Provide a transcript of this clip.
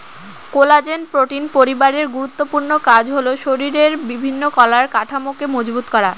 collagen protein পরিবারের গুরুত্বপূর্ণ কাজ হল শরীরের বিভিন্ন কলার কাঠামোকে মজবুত করা